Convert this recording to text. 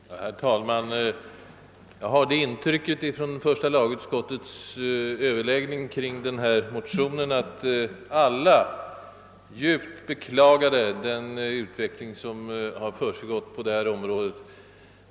Herr talman! Jag har det intrycket från första lagutskottets överläggning kring det motionspar som nu behandlas, att alla i utskottet djupt beklagade den utveckling som har försiggått på detta område.